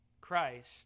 Christ